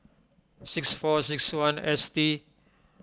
six four six one S T